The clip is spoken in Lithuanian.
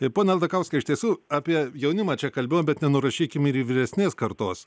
tai pone aldakauskai iš tiesų apie jaunimą čia kalbėjom bet nenurašykim ir vyresnės kartos